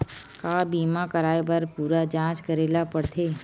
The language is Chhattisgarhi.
का बीमा कराए बर पूरा जांच करेला पड़थे?